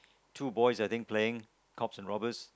two boys I think playing cops and robbers